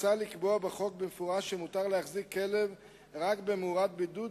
מוצע לקבוע בחוק במפורש שמותר להחזיק כלב רק במאורת בידוד,